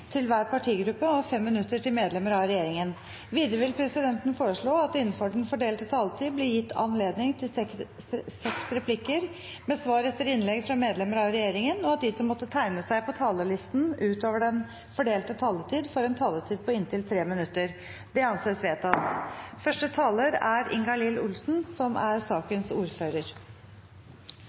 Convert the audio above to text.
til hver partigruppe og 5 minutter til medlemmer av regjeringen. Videre vil presidenten foreslå at det – innenfor den fordelte taletid – blir gitt anledning til fem replikker med svar etter innlegg fra medlemmer av regjeringen, og at de som måtte tegne seg på talerlisten utover den fordelte taletid, får en taletid på inntil 3 minutter. – Det anses vedtatt. Dette er også et lovforslag det er